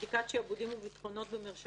לא הייתה לי שום כוונה לכל מה שאתם אמרתם פה.